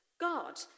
God